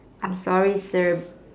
I'm sorry sir